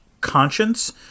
conscience